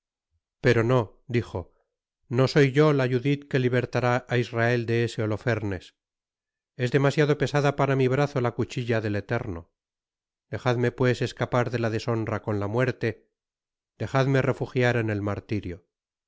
pero no dijo no soy yo la judith que libertará á israel de ese holofernes es demasiado pesada para mi brazo la cuchilla del eterno dejadme pues escapar de la deshonra con ta muerte dejadme refugiar en el martirio